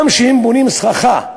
גם כשהם בונים סככה,